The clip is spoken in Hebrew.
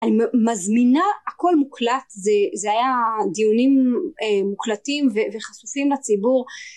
מזמינה הכל מוקלט זה היה דיונים מוקלטים וחשופים לציבור